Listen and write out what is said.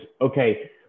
okay